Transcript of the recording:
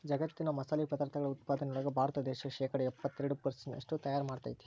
ಜಗ್ಗತ್ತಿನ ಮಸಾಲಿ ಪದಾರ್ಥಗಳ ಉತ್ಪಾದನೆಯೊಳಗ ಭಾರತ ದೇಶ ಶೇಕಡಾ ಎಪ್ಪತ್ತೆರಡು ಪೆರ್ಸೆಂಟ್ನಷ್ಟು ತಯಾರ್ ಮಾಡ್ತೆತಿ